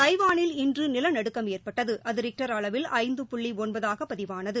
தாய்வானில் இன்று நிலநடுக்கம் ஏற்பட்டது அது ரிக்டர் அளவில் ஐந்து புள்ளி ஒன்பதாக பதிவானது